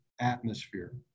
atmosphere